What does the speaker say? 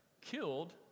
killed